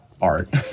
art